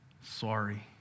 sorry